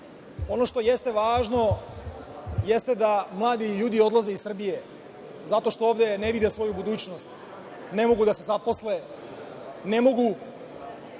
Ono što jeste važno jeste da mladi ljudi odlaze iz Srbije zato što ovde ne vide svoju budućnost, ne mogu da se zaposle, ne mogu